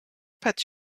pet